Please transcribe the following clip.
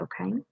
Okay